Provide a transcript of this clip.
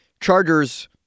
Chargers